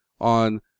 on